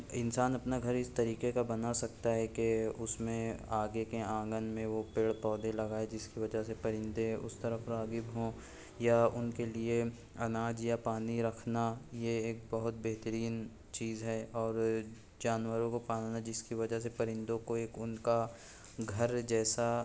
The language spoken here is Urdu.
انسان اپنا گھر اس طریقے کا بنا سکتا ہے کہ اس میں آگے کے آنگن میں وہ پیڑ پودے لگائے جس کی وجہ سے پرندے اس طرف راغب ہوں یا ان کے لیے اناج یا پانی رکھنا یہ ایک بہت بہترین چیز ہے اور جانوروں کو پالنا جس کی وجہ سے پرندوں کو ایک ان کا گھر جیسا